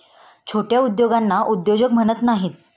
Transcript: छोट्या उद्योगांना उद्योजक म्हणत नाहीत